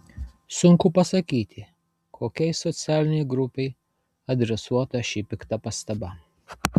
sunku pasakyti kokiai socialinei grupei adresuota ši pikta pastaba